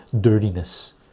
dirtiness